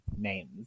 names